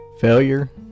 Failure